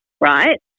right